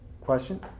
Question